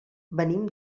venim